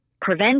prevent